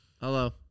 Hello